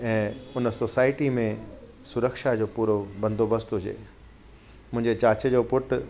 ऐं उन सोसाइटी में सुरक्षा जो पूरो बंदोबस्त हुजे मुंहिंजे चाचे जो पुटु